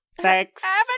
Thanks